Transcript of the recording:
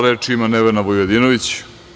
Reč ima Nevena Vujadinović.